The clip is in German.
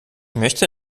möchte